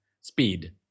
speed